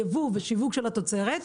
יבוא ושיווק של התוצרת,